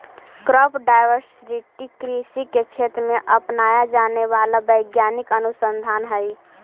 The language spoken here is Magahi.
क्रॉप डायवर्सिटी कृषि के क्षेत्र में अपनाया जाने वाला वैज्ञानिक अनुसंधान हई